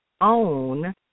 own